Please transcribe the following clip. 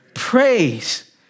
Praise